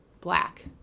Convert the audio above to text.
Black